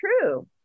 true